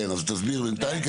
כן אז תסביר בינתיים,